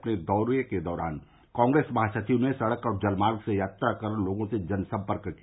अपने दौरे के दौरान कांग्रेस महासचिव ने सड़क और जल मार्ग से यात्रा कर लोगों से जनसम्पर्क किया